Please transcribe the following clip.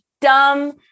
dumb